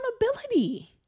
accountability